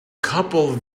couple